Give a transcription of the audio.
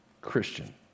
Christian